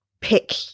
pick